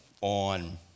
on